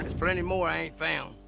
there's plenty more i ain't found.